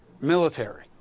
military